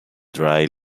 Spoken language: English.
dry